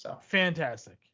fantastic